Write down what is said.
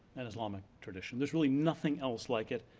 an islamic tradition. there's really nothing else like it,